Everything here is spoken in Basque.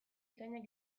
bikainak